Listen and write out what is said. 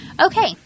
Okay